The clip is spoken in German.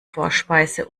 vorspeise